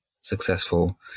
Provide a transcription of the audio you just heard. successful